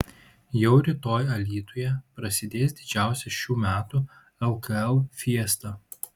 jau rytoj alytuje prasidės didžiausia šių metų lkl fiesta